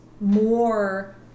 more